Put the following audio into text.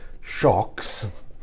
shocks